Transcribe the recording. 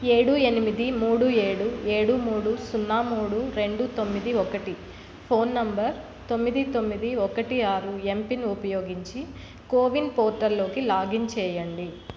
ఏడు ఎనిమిది మూడు ఏడు ఏడు మూడు సున్న మూడు రెండు తొమ్మిది ఒకటి ఫోన్ నంబర్ తొమ్మిది తొమ్మిది ఒకటి ఆరు ఎంపిన్ ఉపయోగించి కోవిన్ పోర్టల్ లోకి లాగిన్ చేయండి